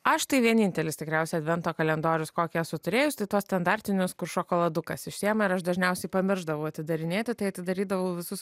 aš tai vienintelis tikriausiai advento kalendorius kokį esu turėjus tai tuos standartinius kur šokoladukas išsiima ir aš dažniausiai pamiršdavau atidarinėti tai atidarydavau visus